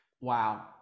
Wow